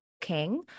King